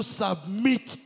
submit